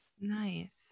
Nice